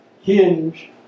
hinge